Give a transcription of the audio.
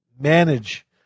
manage